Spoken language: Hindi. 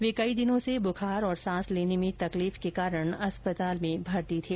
वे कई दिनों से बुखार और सांस लेने में तकलीफ के कारण अस्पताल में भर्ती थे